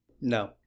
no